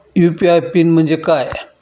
UPI PIN म्हणजे काय?